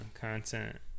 Content